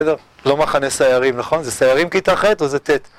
בסדר? לא מחנה סיירים, נכון? זה סיירים כתה ח' או זה ט'?